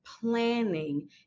planning